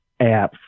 apps